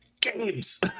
games